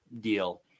deal